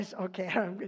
Okay